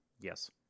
Yes